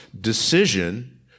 decision